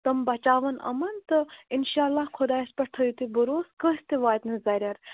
تِم بَچاوَن یِمَن تہٕ اِنشاء اللہ خۄدایَس پٮ۪ٹھ تھٲیِو تُہۍ بروس کٲنٛسہِ تہِ واتہِ نہٕ زَرٮ۪ر